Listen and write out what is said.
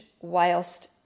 whilst